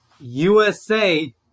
USA